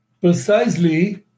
precisely